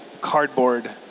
cardboard